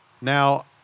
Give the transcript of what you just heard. Now